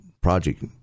Project